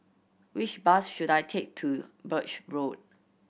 which bus should I take to Birch Road